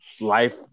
life